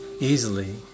easily